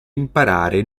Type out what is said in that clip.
imparare